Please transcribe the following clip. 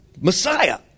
Messiah